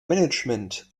management